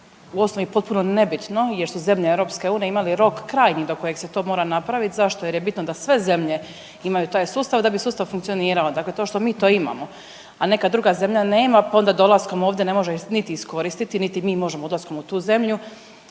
u osnovi potpuno nebitno jer su zemlje EU imali rok, krajnji do kojeg se to mora napraviti. Zašto? Jer je bitno da sve zemlje imaju taj sustav da bi sustav funkcionirao. Dakle to što mi to imamo, a neka druga zemlja nema pa onda dolaskom ovdje ne može niti iskoristiti niti mi možemo ulaskom u tu zemlju